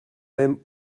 même